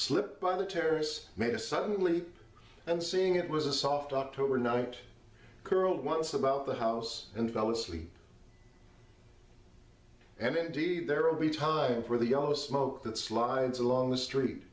slipped by the terrorists made a suddenly and seeing it was a soft october night curled once about the house and fell asleep and then d there'll be time for the yellow smoke that slides along the street